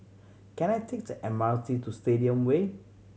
can I take the M R T to Stadium Way